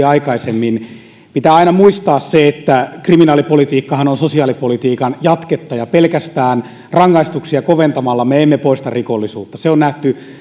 aikaisemmin pitää aina muistaa se että kriminaalipolitiikkahan on sosiaalipolitiikan jatketta ja pelkästään rangaistuksia koventamalla me emme poista rikollisuutta se on nähty